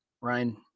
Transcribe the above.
Ryan